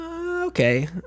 Okay